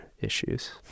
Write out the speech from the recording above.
issues